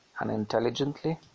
unintelligently